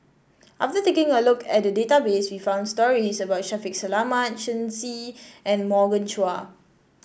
after taking a look at the database we found stories about Shaffiq Selamat Shen Xi and Morgan Chua